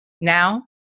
Now